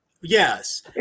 yes